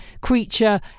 creature